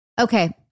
Okay